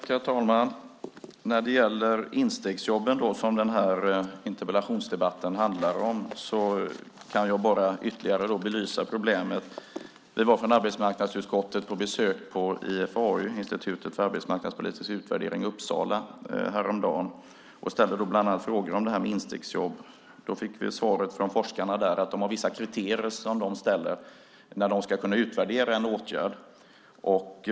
Herr talman! När det gäller instegsjobben, som den här interpellationsdebatten handlar om, kan jag bara ytterligare belysa problemet. Vi från arbetsmarknadsutskottet var häromdagen på besök på IFAU, Institutet för arbetsmarknadspolitisk utvärdering, i Uppsala. Vi ställde då bland annat frågan om instegsjobb. Då fick vi svaret från forskarna där att de har vissa kriterier som de ställer upp för när de ska kunna utvärdera en åtgärd.